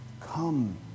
Come